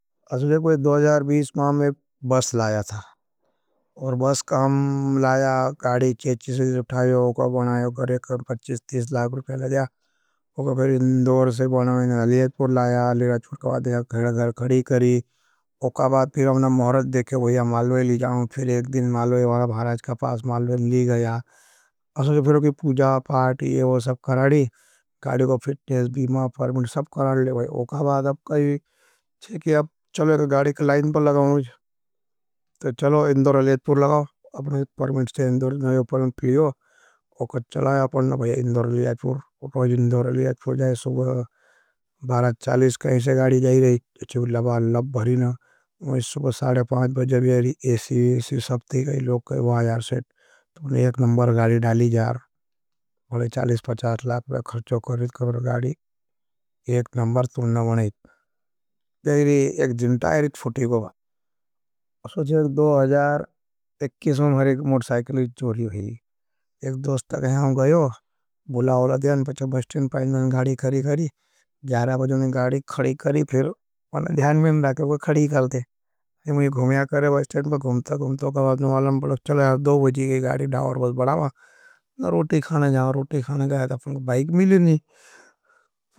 असुझे कोई दो हजार बीस माँ में बस लाया था और बस कम लाया, काड़ी छबीस सत्ताईस उठायो। उका बनायो, करेक पच्चीस तीस लाख रुपे लगया, उका फिर इंदोर से बनाया, मैंने अलियेटपूर लाया। लेड़ा चुट कवा देया, घड़ा घड़ा खड़ी करी, उका बात फिर अबना म मौरत देखे, मालवेली जाओ, फिर एक दिन मालवेली बागा भाराज का पास, मालवेली ली गया। असोच फिरो की पूजा, पाथ, ये वो सब कराड़ी, काड़ी को फिटनेस, बीमा, परमेंट, सब कराड़ी लेवाई, उका बात अपका यही, चेकि अब चलो एक गाड़ मुझे सुबर साड़े पाँज बज़े बियरी एसी, एसी सब थी। गई लोग कहे, वाह यार सेट, तुन एक नमबर गाड़ी डाली जार, मुझे चालीस पचास् लाख करचो करेंगे। बाइक मिली नी।